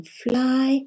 fly